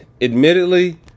admittedly